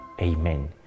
Amen